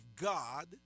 God